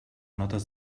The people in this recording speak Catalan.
notes